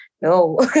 No